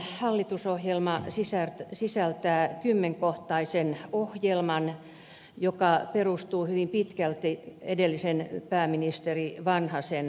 pääministeri kiviniemen hallitusohjelma sisältää kymmenkohtaisen ohjelman joka perustuu hyvin pitkälti edellisen pääministeri vanhasen hallituksen ohjelmaan